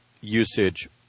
usage